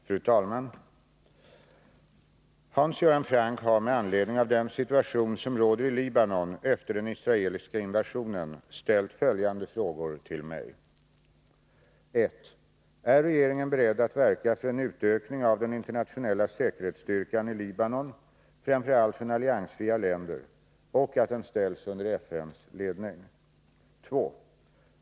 Fru talman! Hans Göran Franck har med anledning av den situation som råder i Libanon efter den israeliska invasionen ställt följande frågor till mig: 1. Är regeringen beredd att verka för en utökning av den internationella säkerhetsstyrkan i Libanon framför allt från alliansfria länder och att den ställs under FN:s ledning? 2.